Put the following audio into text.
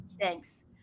Thanks